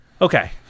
Okay